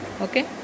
Okay